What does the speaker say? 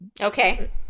Okay